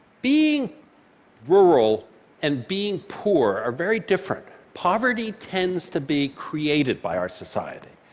being rural and being poor are very different. poverty tends to be created by our society,